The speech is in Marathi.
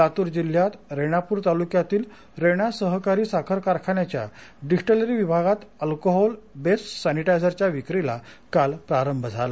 लातूर जिल्ह्यातल्या रेणापूर तालुक्यातील रेणा सहकारी साखर कारखान्याच्या डिस्टीलरी विभागात अल्कोहोल बेस्ड सॅनिटायझरच्या विक्रीला काल प्रारंभ झाला